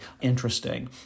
interesting